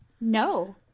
No